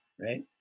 Right